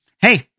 hey